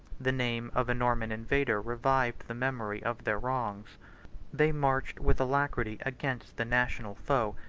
the name of a norman invader revived the memory of their wrongs they marched with alacrity against the national foe,